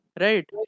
right